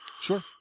Sure